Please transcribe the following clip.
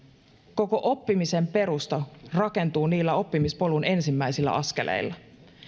koko oppimisen perusta rakentuu niillä oppimispolun ensimmäisillä askeleilla